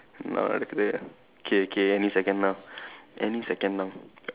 என்ன நடக்குது:enna nadakkuthu K K any second now any second now